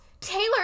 Taylor